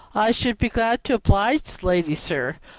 i should be glad to oblige the lady, sir,